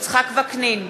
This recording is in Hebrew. יצחק וקנין,